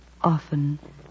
often